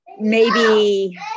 Maybe-